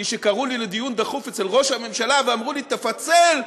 כי כשקראו לי לדיון דחוף אצל ראש הממשלה ואמרו לי: תפצל,